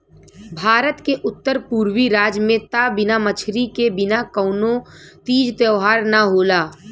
भारत के उत्तर पुरबी राज में त बिना मछरी के बिना कवनो तीज त्यौहार ना होला